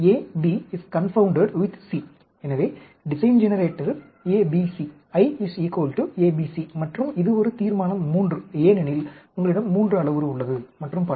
எனவே design generator A B C I A B C மற்றும் இது ஒரு தீர்மானம் III ஏனெனில் உங்களிடம் 3 அளவுரு உள்ளது மற்றும் பல